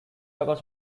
occurs